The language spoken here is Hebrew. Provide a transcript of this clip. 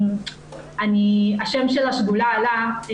השם של השדולה עלה.